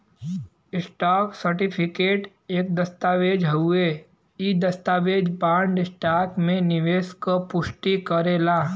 stock certificate एक दस्तावेज़ हउवे इ दस्तावेज बॉन्ड, स्टॉक में निवेश क पुष्टि करेला